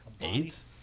AIDS